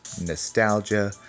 nostalgia